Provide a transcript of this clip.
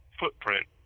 footprint